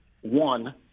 One